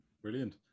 Brilliant